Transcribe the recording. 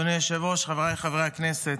אדוני היושב-ראש, חבריי חברי הכנסת,